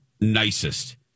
nicest